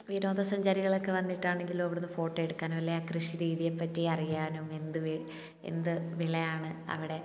വിനോദസഞ്ചാരികളൊക്കെ വന്നിട്ടാണെങ്കിലും അവിടെ വന്ന് ഫോട്ടോ എടുക്കാനും അല്ലേൽ ആ കൃഷി രീതിയെപ്പറ്റി അറിയാനും എന്ത് വി എന്ത് വിളയാണ് അവിടെ